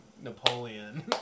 Napoleon